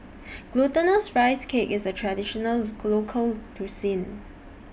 Glutinous Rice Cake IS A Traditional Local Cuisine